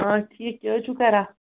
آ ٹھیٖک کیٛاہ حظ چھُو کَران